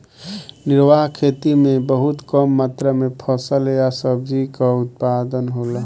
निर्वाह खेती में बहुत कम मात्र में फसल या सब्जी कअ उत्पादन होला